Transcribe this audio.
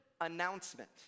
announcement